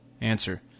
Answer